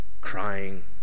crying